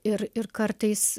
ir ir kartais